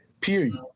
period